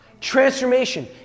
Transformation